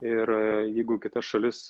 ir jeigu kita šalis